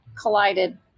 collided